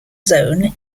zone